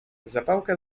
zapałka